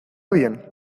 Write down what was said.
bien